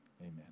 amen